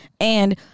and-